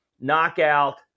knockout